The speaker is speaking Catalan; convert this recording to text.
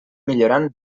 millorant